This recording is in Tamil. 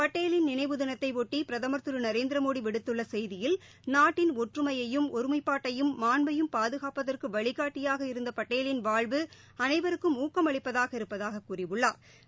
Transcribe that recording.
படேலின் நினைவு தினத்தையொட்டி பிரதமர் திரு நரேந்திரமோடி விடுத்துள்ள செய்தியில் நாட்டின் ஒற்றுமையையும் ஒருமைப்பாட்டையும் மாண்பையும் பாதுகாப்பதற்கு வழிகாட்டியாக இருந்த படேலின் வாழ்வு அனைவருக்கும் ஊக்கம் அளிப்பதாக இருப்பதாகக் கூறியுள்ளாா்